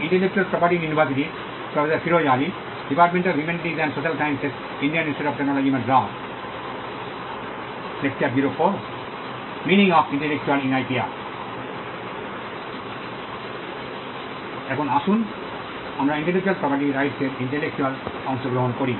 এখন আসুন আমরা ইন্টেলেকচুয়াল প্রপার্টি রাইটসের ইন্টেলেকচুয়াল অংশ গ্রহণ করি